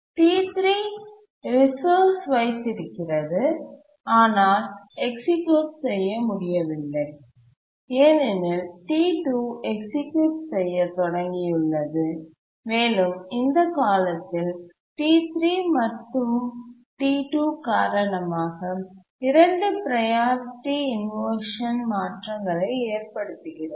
T3 resource வைத்திருக்கிறது ஆனால் execute செய்ய முடியவில்லை ஏனெனில் T2 எக்சிக்யூட் செய்ய தொடங்கியுள்ளது மேலும் இந்த காலத்தில் T3 மற்றும் T2 காரணமாக 2 ப்ரையாரிட்டி இன்வர்ஷன் மாற்றங்களை ஏற்படுத்துகிறது